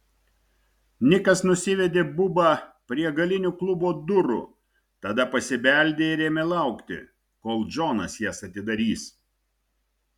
nikas nusivedė bubą prie galinių klubo durų tada pasibeldė ir ėmė laukti kol džonas jas atidarys